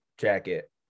Jacket